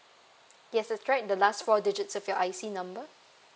yes that's right the last four digits of your I_C number